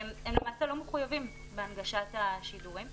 הם למעשה לא מחויבים בהנגשת השידורים.